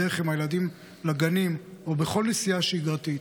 בדרך עם הילדים לגנים או בכל נסיעה שגרתית,